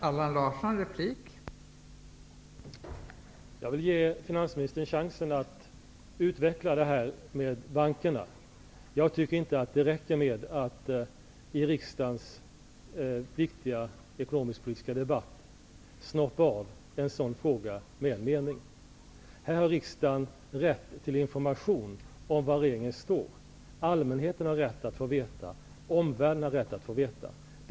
Fru talman! Jag vill ge finansministern chansen att utveckla detta med bankerna. Jag tycker inte att det räcker att snoppa av en sådan fråga med en mening i riksdagens viktiga ekonomisk-politiska debatt. Här har riksdagen rätt till information om var regeringen står. Allmänheten och omvärlden har rätt att få veta detta.